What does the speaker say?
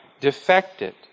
defected